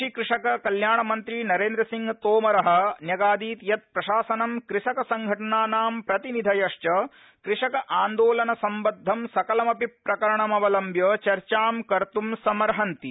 कृषि कृषक कल्याण मंत्री नरेन्द्र सिंह तोमर न्यगादीत् यत् प्रशासनं कृषकसंघटनानां प्रतिनिधयथ्ड कृषक आंदोलन संबद्धं सकलमपि प्रकरणमवलम्ब्य चर्चां कर्तु समर्हन्ति